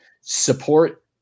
support